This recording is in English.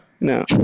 No